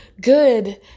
good